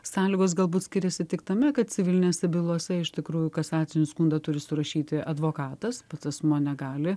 sąlygos galbūt skiriasi tik tame kad civilinėse bylose iš tikrųjų kasacinį skundą turi surašyti advokatas pats asmuo negali